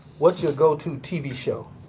what's your go-to tv show?